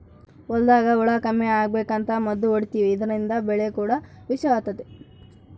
ಹೊಲದಾಗ ಹುಳ ಕಮ್ಮಿ ಅಗಬೇಕಂತ ಮದ್ದು ಹೊಡಿತಿವಿ ಇದ್ರಿಂದ ಬೆಳೆ ಕೂಡ ವಿಷವಾತತೆ